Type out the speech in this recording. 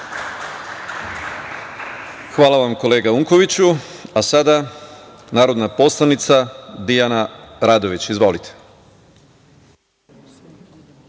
Hvala vam, kolega Unkoviću. Reč ima narodna poslanica Dijana Radović. Izvolite.